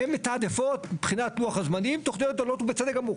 הן מתעדפות מבחינת לוח הזמנים תוכניות גדולות ובצדק גמור.